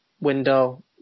window